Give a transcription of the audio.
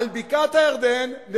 אגב, ברוב רובם של